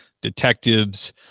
detectives